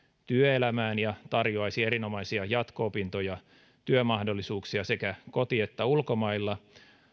työelämään ja tarjoaisi erinomaisia jatko opinto ja työmahdollisuuksia sekä koti että ulkomailla